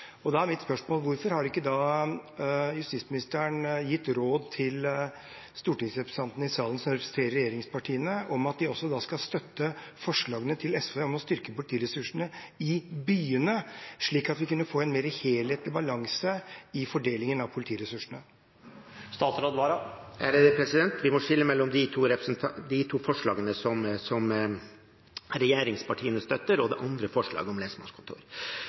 Da er mitt spørsmål: Hvorfor har ikke justisministeren da gitt råd til de stortingsrepresentantene i salen som representerer regjeringspartiene, om å støtte forslagene fra SV om å styrke politiressursene i byene, slik at vi kunne fått en mer helhetlig balanse i fordelingen av politiressursene? Vi må skille mellom de to forslagene til vedtak som regjeringspartiene støtter, og det tredje forslaget om lensmannskontor.